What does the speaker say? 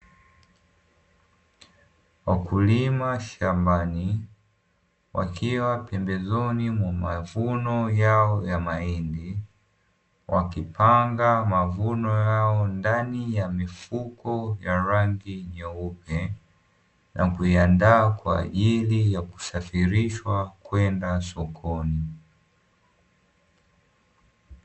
Wakulima shambani wakiwa pembezoni mwa mavuno yao ya mahindi, wakipanga mavuno yao ndani ya mifuko ya rangi nyeupe. Na kuyaandaa kwa ajili ya kusafirishwa kwenda sokoni.